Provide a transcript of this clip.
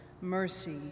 mercy